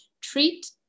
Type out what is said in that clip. treat